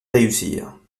réussir